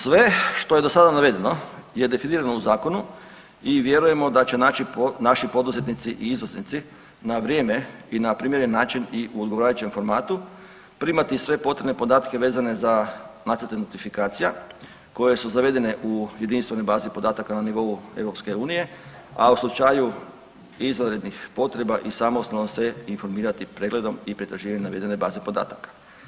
Sve što je do sada navedeno je definirano u zakonu i vjerujemo da će naći naši poduzetnici i izvoznici na vrijeme i na primjeren način i u odgovarajućem formatu primati sve potrebne podatke vezane za nacrte notifikacija koje su zavedene u jedinstvenoj bazi podataka na nivou EU, a u slučaju izvanrednih potreba i samostalno se informirati pregledom i pretraživanjem navedene baze podataka.